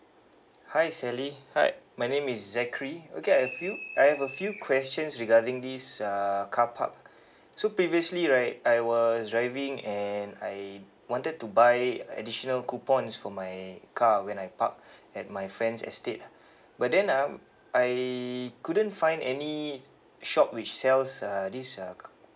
hi sally hi my name is zachary okay I've few I have a few questions regarding this uh carpark so previously right I was driving and I wanted to buy additional coupons for my car when I park at my friend's estate ah but then um I couldn't find any shop which sells uh this uh